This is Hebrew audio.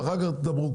ואחר כך תדברו,